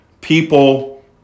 people